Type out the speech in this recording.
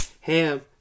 ham